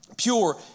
pure